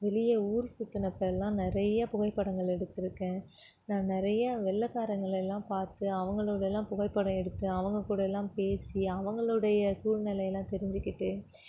வெளியே ஊர் சுற்றினப்பெல்லாம் நிறைய புகைப்படங்கள் எடுத்திருக்கேன் நான் நிறையா வெள்ளக்காரங்களை எல்லாம் பார்த்து அவங்களோடெல்லாம் புகைப்படம் எடுத்து அவங்கக்கூட எல்லாம் பேசி அவங்களுடைய சூழ்நிலையெல்லாம் தெரிஞ்சுக்கிட்டு